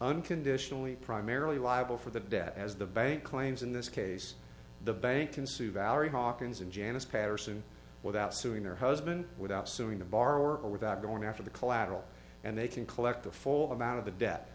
unconditionally primarily liable for the debt as the bank claims in this case the bank ensued arrey hoc ins and janice patterson without suing their husband without suing the borrower or without going after the collateral and they can collect the full amount of the debt